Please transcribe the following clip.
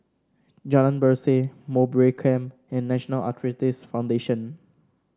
Jalan Berseh Mowbray Camp and National Arthritis Foundation